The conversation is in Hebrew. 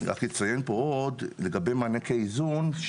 אני רק אציין פה עוד לגבי מענקי האיזון,